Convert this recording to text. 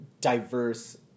diverse